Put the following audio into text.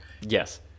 Yes